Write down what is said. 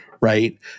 right